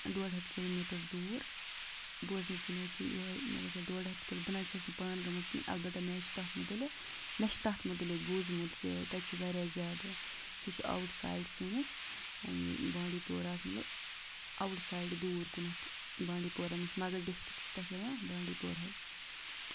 ڈۄڈ ہَتھ کِلوٗمیٖٹَر دوٗر بوٗزنہٕ کِنۍ حظ چھِ یِہے مےٚ باسان ڈۄڈ ہَتھ کِلہٕ بہٕ نہ حظ چھَس نہٕ پانہٕ گٔمٕژ کِہیٖنۍ اَلبتہ مےٚ حظ چھِ تَتھ متعلق مےٚ چھُ تَتھ متعلِق بوٗزمُت کہِ تَتہِ چھُ واریاہ زیادٕ سُہ چھُ آوُٹ سایڈ سٲنِس یہِ بانڈی پورہَس مطلب اَوُٹ سایڈٕ دوٗر کُنَتھ بانٛڈی پورہ نِش مَگر ڈِسٹِک چھُ تَتھ یِوان بانٛڈی پورہے